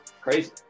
Crazy